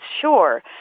sure